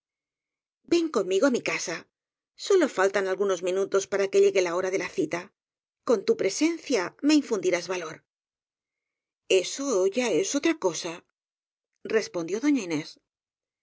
ven conmigo á mi casa sólo faltan algunos minutos para que llegue la hora de la cita con tu presencia me infundirás valor eso ya es otra cosa respondió doña inés